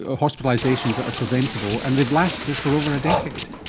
ah hospitalisations that were preventable, and they've lasted for over a decade.